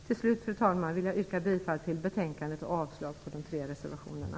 Till slut, fru talman, vill jag yrka bifall till utskottets hemställan och avslag på de tre reservationerna.